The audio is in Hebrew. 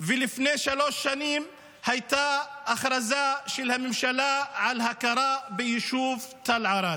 לפני שלוש שנים הייתה הכרזה של הממשלה על הכרה ביישוב תל ערד.